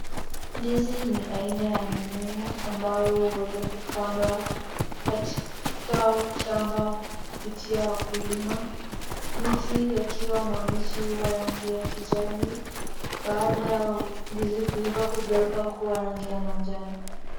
Ndizi ni aina ya mimea ambayo huweza kupandwa katika shamba kupitia wakulima, ndizi yakiwa mabichi huwa rangi ya kijani, baada ya ndizi kuiva hugeuka rangi ya manjano.